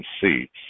seats